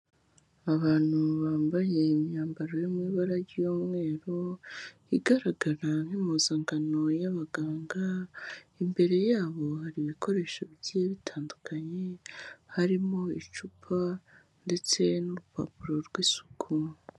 Abantu bambaye imyambaro yo mubara ry'umweru igaragara nk'impuzangano y'abaganga, imbere y'abo hari ibikoresho bigiye bitandukanye harimo icupa ndetse n'urupapuro rw'isuku.